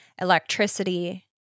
electricity